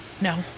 no